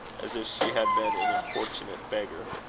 as if she had been an importunate beggar.